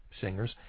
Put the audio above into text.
singers